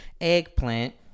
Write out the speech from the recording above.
Eggplant